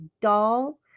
doll